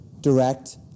direct